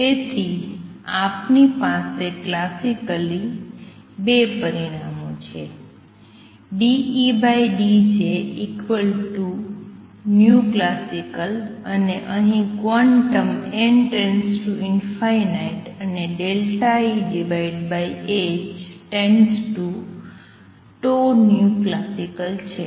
તેથી આપની પાસે ક્લાસિકલી બે પરિણામો છે ∂E∂Jclasical અને અહીં ક્વોન્ટમ n→∞ અને Eh→τclasical છે